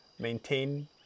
maintain